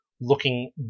looking